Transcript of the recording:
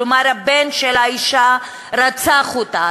כלומר הבן של האישה רצח אותה,